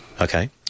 Okay